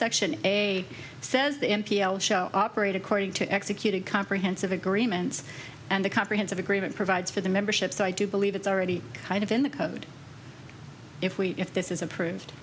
subsection a says the m p l show operate according to execute a comprehensive agreement and the comprehensive agreement provides for the membership so i do believe it's already kind of in the code if we if this is approved